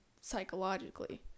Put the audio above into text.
psychologically